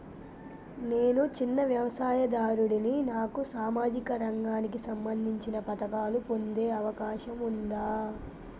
నేను చిన్న వ్యవసాయదారుడిని నాకు సామాజిక రంగానికి సంబంధించిన పథకాలు పొందే అవకాశం ఉందా?